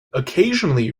occasionally